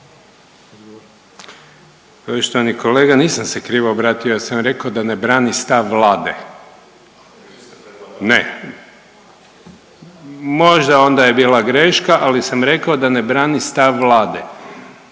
Poštovani kolega, nisam se krivo obratio, ja sam rekao da ne brani stav Vlade, ne, možda je onda je bila greška, ali sam rekao da ne brani stav Vlade.